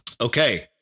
Okay